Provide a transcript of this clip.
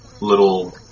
little